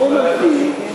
בואו נמתין,